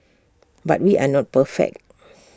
but we are not perfect